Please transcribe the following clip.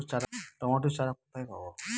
Tomato চারা কোথায় পাবো?